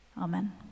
Amen